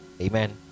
amen